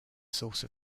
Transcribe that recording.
source